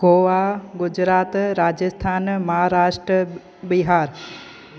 Goa Gujarat Rajasthan Maharashtra Bihar